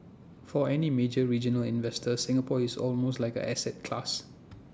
for any major regional investor Singapore is almost like an asset class